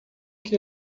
que